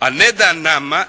a ne da nama,